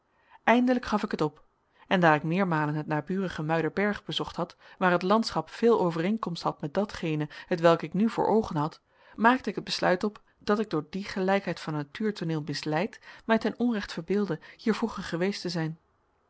eindelijk gaf ik het op en daar ik meermalen het naburige muiderberg bezocht had waar het landschap veel overeenkomst had met datgene hetwelk ik nu voor oogen had maakte ik het besluit op dat ik door die gelijkheid van natuurtooneel misleid mij ten onrechte verbeeldde hier vroeger geweest te zijn